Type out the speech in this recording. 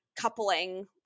coupling